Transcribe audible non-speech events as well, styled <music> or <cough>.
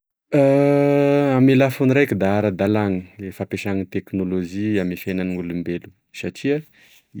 <hesitation> Ame lafiny raiky da aradalana e fampiasana teknolozia ame fiainan'olobelo satria